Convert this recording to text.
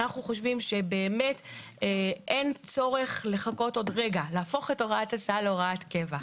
אנחנו חושבים שאין צורך לחכות עוד רגע להפוך את הוראת השעה להוראת קבע.